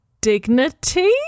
dignity